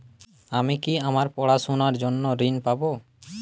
আমি কি আমার পড়াশোনার জন্য ঋণ পাব?